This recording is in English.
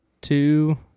two